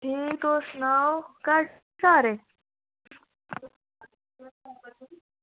ठीक तुस सनाओ घर सारे